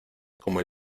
como